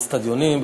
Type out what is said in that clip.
באיצטדיונים,